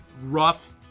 rough